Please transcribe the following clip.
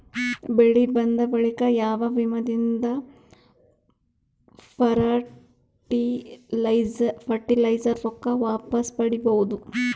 ಬೆಳಿ ಬಂದ ಬಳಿಕ ಯಾವ ವಿಮಾ ದಿಂದ ಫರಟಿಲೈಜರ ರೊಕ್ಕ ವಾಪಸ್ ಪಡಿಬಹುದು?